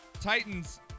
Titans